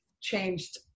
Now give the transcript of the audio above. changed